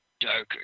darker